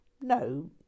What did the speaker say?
No